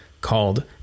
called